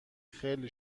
خیلی